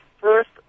first